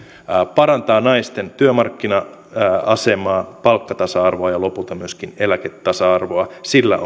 parantaa naisten työmarkkina asemaa palkkatasa arvoa ja lopulta myöskin eläketasa arvoa sillä